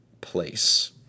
place